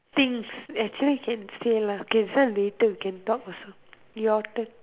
things actually can say lah k this one later can talk also your turn